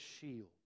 shield